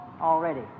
already